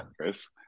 Chris